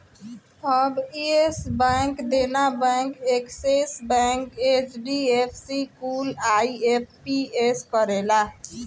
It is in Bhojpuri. अब Yes Bank, Dena Bank, Axis Bank, HDFC कुल आई.एम.पी.एस करेला